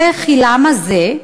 וכי למה זה?